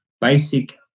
basic